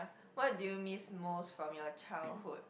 what do you miss most from your childhood